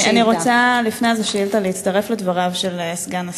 אני רוצה לפני השאילתה להצטרף לדבריו של סגן השר,